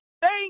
Thank